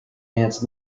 ants